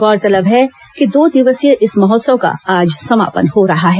गौरतलब है कि दो दिवसीय इस महोत्सव का आज समापन हो रहा है